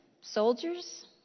soldiers